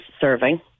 serving